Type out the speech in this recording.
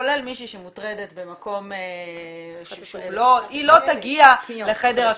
כולל מישהי שמוטרדת במקום אחר והיא לא תגיע לחדר אקוטי.